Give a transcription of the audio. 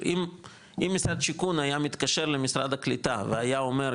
אם משרד השיכון היה מתקשר למשרד הקליטה והיה אומר,